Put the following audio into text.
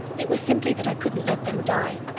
it was simply that i couldn't let them die.